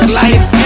life